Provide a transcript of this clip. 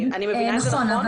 אני מבינה נכון?